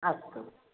अस्तु